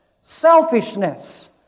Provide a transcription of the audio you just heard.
selfishness